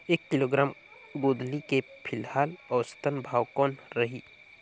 एक किलोग्राम गोंदली के फिलहाल औसतन भाव कौन रही?